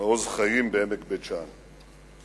מעוז-חיים בעמק בית-שאן.